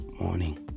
morning